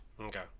Okay